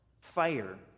Fire